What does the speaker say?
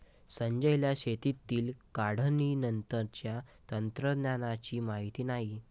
संजयला शेतातील काढणीनंतरच्या तंत्रज्ञानाची माहिती नाही